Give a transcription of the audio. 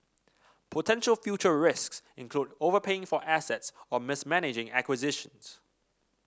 potential future risks include overpaying for assets or mismanaging acquisitions